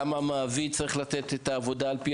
גם המעביד צריך לתת את העבודה על פי